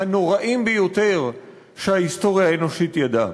הנוראים ביותר שההיסטוריה האנושית ידעה.